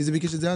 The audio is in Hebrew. מי ביקש את זה?